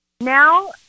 Now